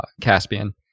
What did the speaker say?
caspian